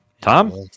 tom